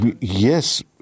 Yes